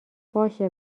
باشه